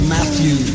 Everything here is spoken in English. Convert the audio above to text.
Matthew